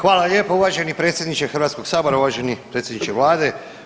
Hvala lijepo uvaženi predsjedniče Hrvatskoga sabora, uvaženi predsjedniče Vlade.